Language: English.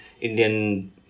Indian